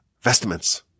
vestments